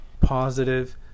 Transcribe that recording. positive